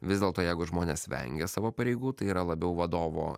vis dėlto jeigu žmonės vengia savo pareigų tai yra labiau vadovo